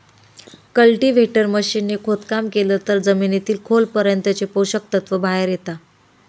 cultivator machine ने खोदकाम केलं तर जमिनीतील खोल पर्यंतचे पोषक तत्व बाहेर येता